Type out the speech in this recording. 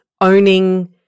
owning